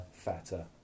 fatter